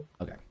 Okay